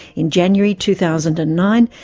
in january two thousand and nine,